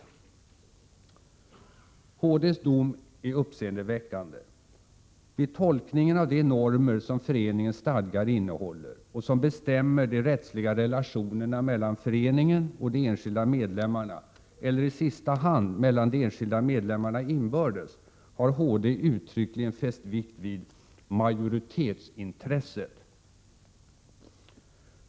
HD:s dom är uppseendeväckande. Vid tolkningen av de normer som föreningens stadgar innehåller och som bestämmer de rättsliga relationerna mellan föreningen och de enskilda medlemmarna, eller i sista hand mellan de enskilda medlemmarna inbördes, har HD uttryckligen fäst vikt vid ”majoritetsintresset”.